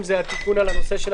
זאת ההדגשה.